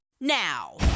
now